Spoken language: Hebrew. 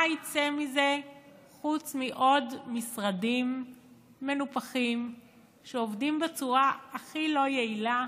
מה יצא מזה חוץ מעוד משרדים מנופחים שעובדים בצורה הכי לא יעילה,